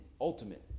Ultimate